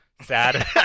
Sad